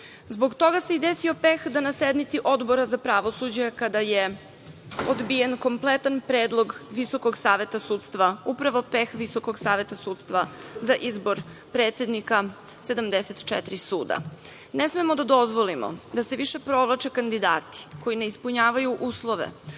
suda. Zbog toga se i desio peh da na sednici Odbora za pravosuđe, kada je odbijen kompletan predlog Visokog saveta sudstva, upravo peh Visokog saveta sudstva za izbor predsednika 74 suda. Ne smemo da dozvolimo da se više provlače kandidati koji ne ispunjavaju uslove,